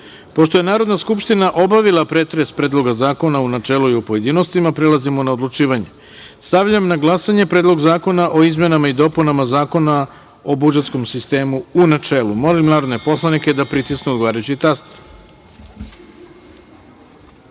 je Narodna Skupština obavila pretres Predloga zakona u načelu i u pojedinostima, prelazimo na odlučivanje. Stavljam na glasanje Predlog zakona o izmenama i dopunama Zakona o budžetskom sistemu, u načelu. Molim narodne poslanike da pritisnu odgovarajući